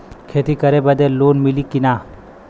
खेती करे बदे लोन मिली कि ना?